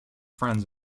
friends